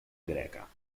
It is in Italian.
greca